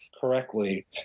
correctly